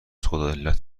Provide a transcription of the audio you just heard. خداعلت